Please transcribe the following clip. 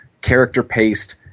character-paced